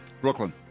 Brooklyn